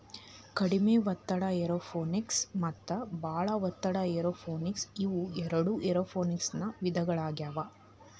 ಕಡಿಮೆ ಒತ್ತಡ ಏರೋಪೋನಿಕ್ಸ ಮತ್ತ ಬಾಳ ಒತ್ತಡ ಏರೋಪೋನಿಕ್ಸ ಇವು ಎರಡು ಏರೋಪೋನಿಕ್ಸನ ವಿಧಗಳಾಗ್ಯವು